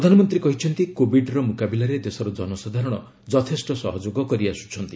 ପ୍ରଧାନମନ୍ତ୍ରୀ କହିଛନ୍ତି କୋବିଡ୍ର ମୁକାବିଲାରେ ଦେଶର ଜନସାଧାରଣ ଯଥେଷ୍ଟ ସହଯୋଗ କରିଆସୁଛନ୍ତି